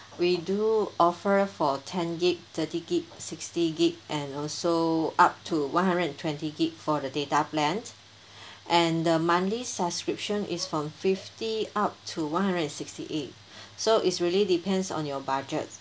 we do offer for ten gig thirty gig sixty gig and also up to one hundred and twenty gig for the data plan and the monthly subscription is from fifty up to one hundred and sixty eight so is really depends on your budget